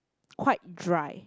quite dry